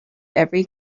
every